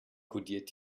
kodiert